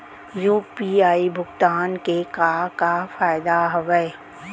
UPI भुगतान के का का फायदा हावे?